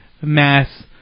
mass